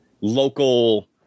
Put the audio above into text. local